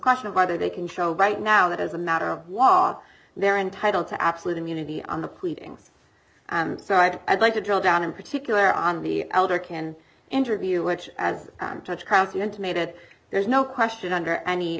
question of whether they can show right now that as a matter of wa they're entitled to absolute immunity on the pleadings so i'd like to drill down in particular on the elder can interview which as such house intimated there's no question under any